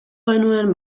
genuen